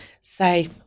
say